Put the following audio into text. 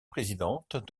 présidente